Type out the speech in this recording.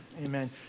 Amen